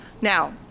Now